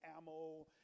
ammo